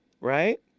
right